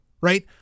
right